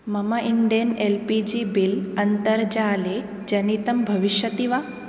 मम Indane L P G bill अन्तर्जाले जनितं भविष्यति वा